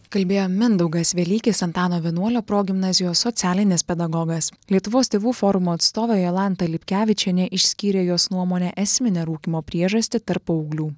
kalbėjo mindaugas velykis antano vienuolio progimnazijos socialinis pedagogas lietuvos tėvų forumo atstovė jolanta lipkevičienė išskyrė jos nuomone esminę rūkymo priežastį tarp paauglių